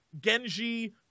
Genji